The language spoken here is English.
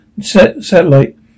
satellite